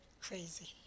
crazy